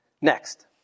next